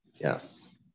Yes